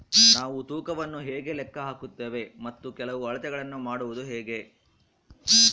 ನಾವು ತೂಕವನ್ನು ಹೇಗೆ ಲೆಕ್ಕ ಹಾಕುತ್ತೇವೆ ಮತ್ತು ಕೆಲವು ಅಳತೆಗಳನ್ನು ಮಾಡುವುದು ಹೇಗೆ?